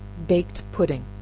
baked pudding.